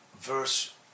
verse